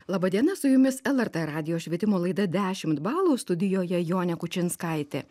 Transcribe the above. laba diena su jumis lrt radijo švietimo laida dešimt balų studijoje jonė kučinskaitė